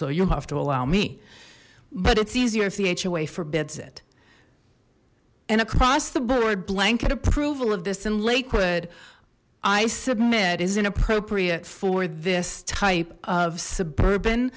so you have to allow me but it's easier if the hoa forbids it and across the board blanket approval of this in lakewood i submit is inappropriate for this type of suburban